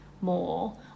more